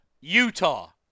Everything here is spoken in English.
Utah